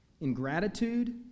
ingratitude